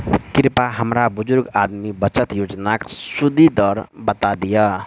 कृपया हमरा बुजुर्ग आदमी बचत योजनाक सुदि दर बता दियऽ